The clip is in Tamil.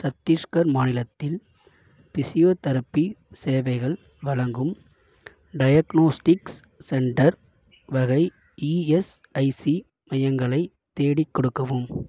சத்தீஸ்கர் மாநிலத்தில் ஃபிசியோதெரபி சேவைகள் வழங்கும் டயக்னோஸ்டிக்ஸ் சென்டர் வகை இஎஸ்ஐசி மையங்களைத் தேடிக் கொடுக்கவும்